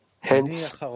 hence